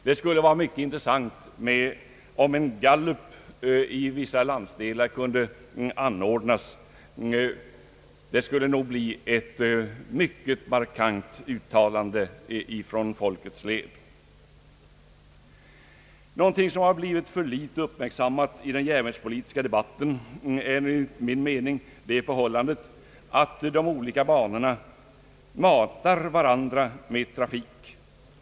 Det skulle vara intressant om en gallup i vissa landsdelar kunde anordnas, det skulle nog bli ett mycket markant uttalande ifrån folkets led. Någonting som har blivit för litet uppmärksammat i den järnvägspolitiska debatten är enligt min mening det förhållandet att de olika banorna matar varandra med trafik.